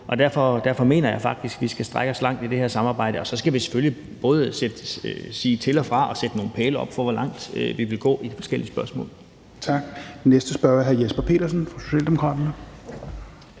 Derfor mener jeg faktisk, at vi skal strække os langt i det her samarbejde – og så skal vi selvfølgelig både sige til og fra og sætte nogle pæle op for, hvor langt vi vil gå i de forskellige spørgsmål. Kl. 16:44 Tredje næstformand (Rasmus Helveg